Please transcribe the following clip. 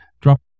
drop